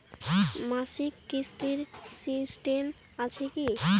মাসিক কিস্তির সিস্টেম আছে কি?